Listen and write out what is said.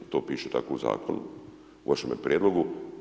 To piše tako u zakonu, u vašemu prijedlogu.